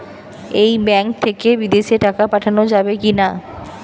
এই ব্যাঙ্ক থেকে বিদেশে টাকা পাঠানো যাবে কিনা?